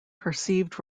perceived